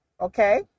Okay